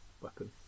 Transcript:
weapon